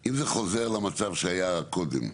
אם זה חוזר למצב שהיה קודם,